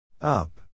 Up